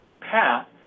path